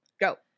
Go